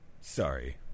sorry